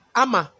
ama